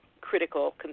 critical